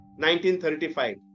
1935